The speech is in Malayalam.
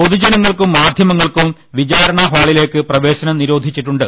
പൊതുജനങ്ങൾക്കും മാധ്യമ ങ്ങൾക്കും വിചാരണാഹാളിലേക്ക് പ്രവേശനം നിരോധിച്ചി ട്ടുണ്ട്